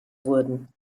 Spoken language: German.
wurden